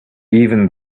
even